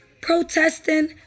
protesting